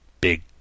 big